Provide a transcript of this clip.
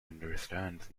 understands